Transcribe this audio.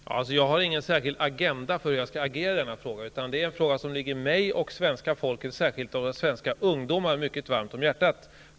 Fru talman! Jag har ingen särskild agenda för hur jag skall agera i denna fråga. Men det är en fråga som ligger mig och svenska folket, och särskilt svenska ungdomar, mycket varmt om hjärtat.